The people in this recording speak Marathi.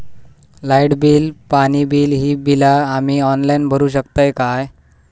लाईट बिल, पाणी बिल, ही बिला आम्ही ऑनलाइन भरू शकतय का?